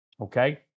Okay